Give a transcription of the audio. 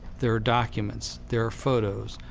there are documents, there are photos,